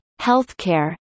healthcare